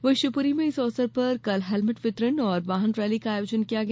वहीं शिवपुरी में इस अवसर पर कल हेलमेट वितरण और वाहन रैली का आयोजन किया गया